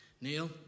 Neil